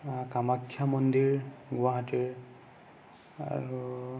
কামাখ্যা মন্দিৰ গুৱাহাটীৰ আৰু